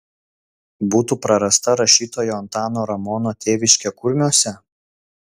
būtų prarasta rašytojo antano ramono tėviškė kurmiuose